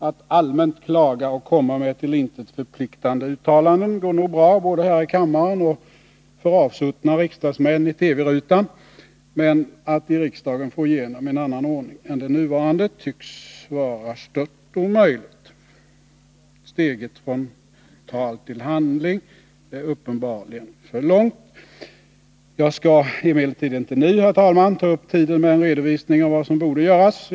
Att allmänt klaga och komma med till intet förpliktande uttalanden går nog bra, både här i kammaren och för avsuttna riksdagsmän i TV-rutan, men att i riksdagen få igenom en annan ordning än den nuvarande tycks vara stört 113 omöjligt. Steget från tal till handling är uppenbarligen för långt. — Jag skall emellertid inte nu, herr talman, ta upp tiden med en redovisning av vad som borde göras.